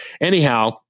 Anyhow